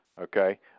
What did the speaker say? Okay